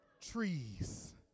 trees